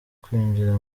kwinjira